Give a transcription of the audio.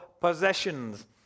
possessions